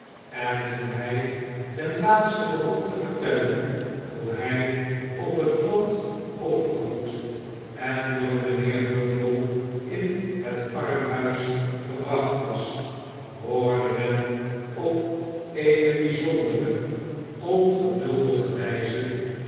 en toen hij ten laatste begon te vertellen hoe hij op het land opgevoed en door mijnheer bumble in het armhuis gebracht was hoorde men op eene bijzondere ongeduldige wijze